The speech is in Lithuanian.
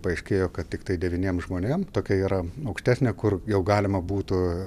paaiškėjo kad tiktai devyniem žmonėm tokia yra aukštesnė kur jau galima būtų